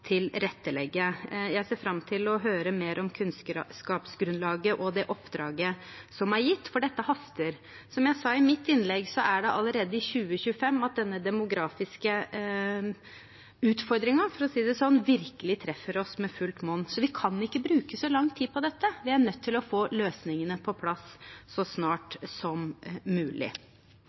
tilrettelegge. Jeg ser fram til å høre mer om kunnskapsgrunnlaget og det oppdraget som er gitt, for dette haster. Som jeg sa i mitt innlegg, er det allerede i 2025 at denne demografiske utfordringen – for å si det sånn – virkelig treffer oss med fullt monn, så vi kan ikke bruke så lang tid på dette. Vi er nødt til å få løsningene på plass så snart som mulig.